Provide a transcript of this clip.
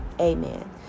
Amen